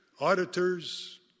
auditors